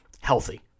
healthy